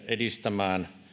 edistämään